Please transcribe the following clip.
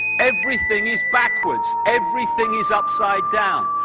everything is backwards, everything is upside down.